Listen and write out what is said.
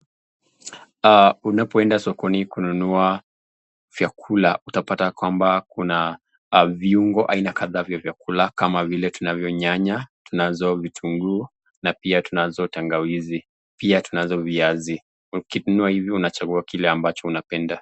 Unapoenda sokoni kununua vyakula, utapata kwamba kuna viungo aina kadhaa vya vyakula kama vile tunazo nyanya, tunazo vitunguu na pia tunazo tangawizi, pia tunazo viazi, ukinunua hivi unachangua kile ambacho unapenda.